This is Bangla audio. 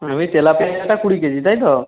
হ্যাঁ তেলাপিয়াটা কুড়ি কেজি তাই তো